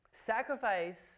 Sacrifice